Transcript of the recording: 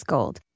Gold